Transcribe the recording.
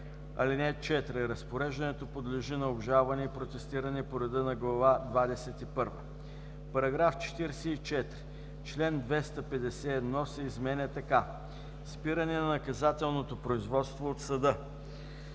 (4) Разпореждането подлежи на обжалване и протестиране по реда на глава двадесет и първа.“ § 44. Член 251 се изменя така: „Спиране на наказателното производство от съда